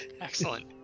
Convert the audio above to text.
Excellent